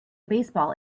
baseball